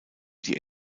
die